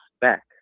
back